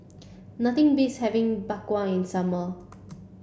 nothing beats having Bak Kwa in summer